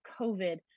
COVID